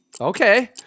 Okay